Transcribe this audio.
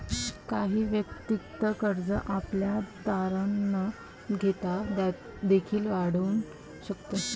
काही वैयक्तिक कर्ज आपल्याला तारण न घेता देखील आढळून शकते